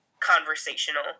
conversational